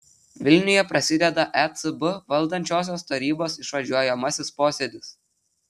vilniuje prasideda ecb valdančiosios tarybos išvažiuojamasis posėdis